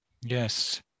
yes